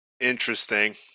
Interesting